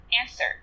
Answer